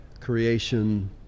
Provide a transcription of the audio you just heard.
creation